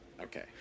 Okay